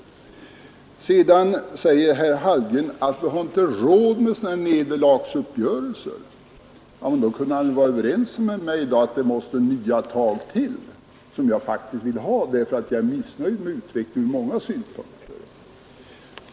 Herr Hallgren säger också att vi inte har råd med sådana här nederlagsuppgörelser. Då kunde han väl vara överens med mig om att det måste nya tag till — det är ju faktiskt det jag vill ha; jag är missnöjd med utvecklingen ur många synpunkter.